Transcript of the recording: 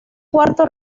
cuarto